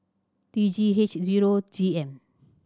T Three H zero G M